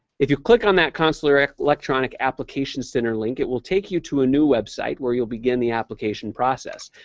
if you click on that consular electronic application center link, it will take you to new website where you will begin the application process.